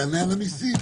תענה על המיסים.